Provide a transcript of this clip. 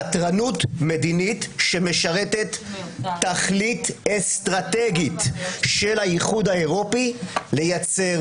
חתרנות מדינית שמשרתת תכלית אסטרטגית של האיחוד האירופי לייצר